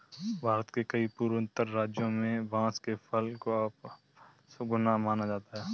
भारत के कई पूर्वोत्तर राज्यों में बांस के फूल को अपशगुन माना जाता है